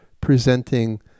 presenting